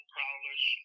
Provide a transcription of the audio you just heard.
Prowler's